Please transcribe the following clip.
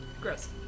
gross